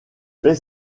fait